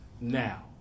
now